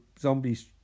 zombies